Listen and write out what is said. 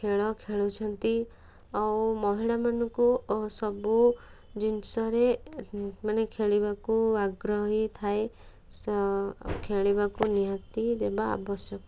ଖେଳ ଖେଳୁଛନ୍ତି ଆଉ ମହିଳାମାନଙ୍କୁ ସବୁ ଜିନିଷରେ ମାନେ ଖେଳିବାକୁ ଆଗ୍ରହୀ ଥାଏ ଖେଳିବାକୁ ନିହାତି ଦେବା ଆବଶ୍ୟକ